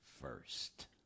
first